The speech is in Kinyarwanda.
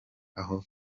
aho